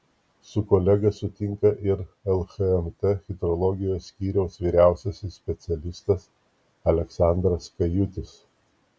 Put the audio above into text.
su kolega sutinka ir lhmt hidrologijos skyriaus vyriausiasis specialistas aleksandras kajutis